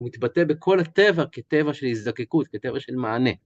הוא מתבטא בכל הטבע כטבע של הזדקקות, כטבע של מענה.